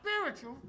spiritual